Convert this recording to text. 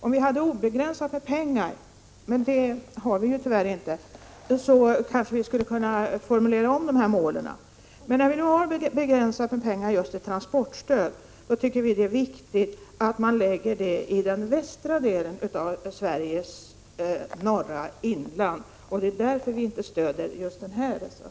Om vi hade obegränsat med pengar, vilket vi tyvärr inte har, kanske vi skulle kunna formulera om målen. Men när vi har begränsade medel just när det gäller transportstöd tycker vi att det är viktigt att man lägger det i den västra delen av Sveriges norra inland. Det är alltså därför som vi inte stöder denna reservation.